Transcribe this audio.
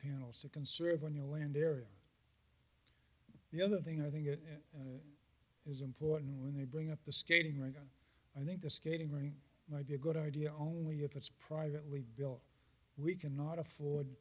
panels to conserve on your land area and the other thing i think is important when they bring up the skating rink i think the skating ring might be a good idea only if it's privately built we cannot afford